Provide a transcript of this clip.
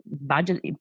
budget